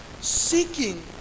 seeking